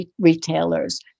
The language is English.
retailers